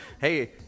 Hey